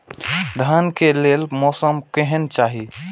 धान के लेल मौसम केहन चाहि?